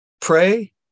Pray